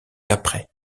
qu’après